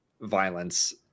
violence